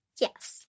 Yes